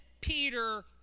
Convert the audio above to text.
Peter